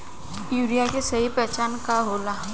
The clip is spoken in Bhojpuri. यूरिया के सही पहचान का होला?